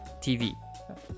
TV